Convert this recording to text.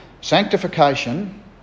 Sanctification